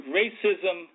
racism